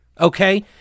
Okay